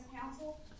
counsel